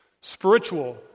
spiritual